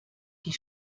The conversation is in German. die